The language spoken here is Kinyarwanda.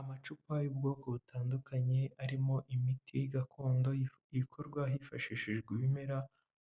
Amacupa y'ubwoko butandukanye, arimo imiti gakondo ikorwa hifashishijwe ibimera,